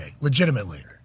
legitimately